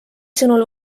sõnul